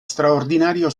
straordinario